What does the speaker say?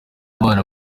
abana